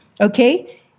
Okay